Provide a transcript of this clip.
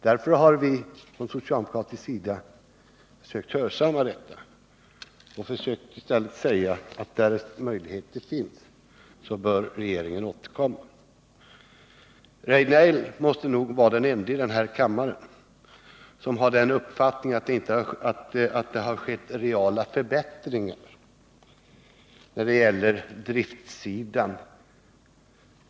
Därför har vi på socialdemokratisk sida sökt hörsamma detta och sagt att därest möjligheter finns, bör regeringen återkomma. Eric Rejdnell är nog den ende i den här kammaren som har uppfattningen att det blivit reala förbättringar på driftsidan.